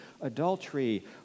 adultery